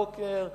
בבוקר,